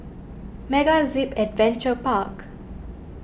MegaZip Adventure Park